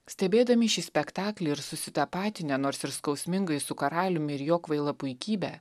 stebėdami šį spektaklį ir susitapatinę nors ir skausmingai su karaliumi ir jo kvaila puikybe